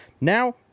Now